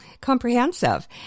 comprehensive